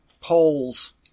polls